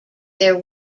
there